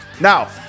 Now